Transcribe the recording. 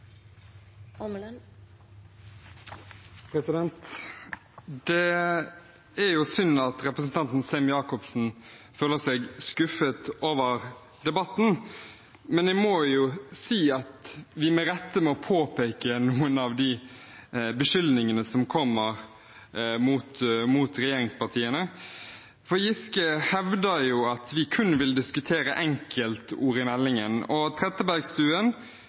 synd at representanten Sem-Jacobsen er skuffet over debatten, men jeg må jo si at vi med rette må få påpeke noen av de beskyldningene som kommer mot regjeringspartiene. Representanten Giske hevder at vi kun vil diskutere enkeltord i meldingen, og representanten Trettebergstuen